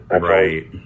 Right